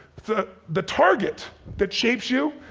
the the target that shapes you,